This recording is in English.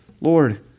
Lord